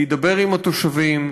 להידבר עם התושבים,